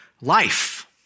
Life